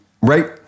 Right